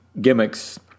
gimmicks